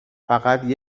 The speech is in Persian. فقط